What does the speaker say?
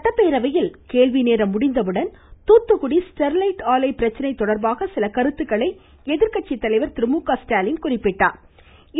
சட்டப் பேரவையில் கேள்விநேரம் முடிந்தவுடன் தூத்துக்குடி ஸ்டெர்லைட் ஆலை பிரச்னை தொடர்பாக சில கருத்துக்களை எதிர்கட்சி தலைவர் திரு மு க ஸ்டாலின் குறிப்பிட்டாள்